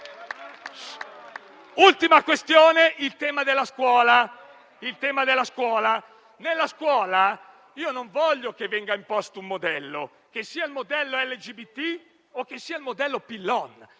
Ultima questione: il tema della scuola. Nella scuola non voglio che venga imposto un modello, che sia il modello LGBT o che sia il modello Pillon.